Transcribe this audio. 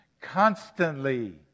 constantly